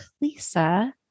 Lisa